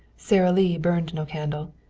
sara lee burned no candle,